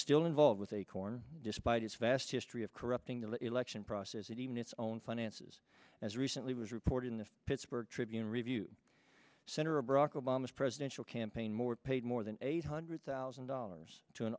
still involved with acorn despite its vast history of corrupting the election process and even its own finances as recently was reported in the pittsburgh tribune review center of barack obama's presidential campaign more paid more than eight hundred thousand dollars to an